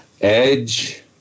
Edge